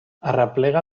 arreplega